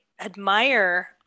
admire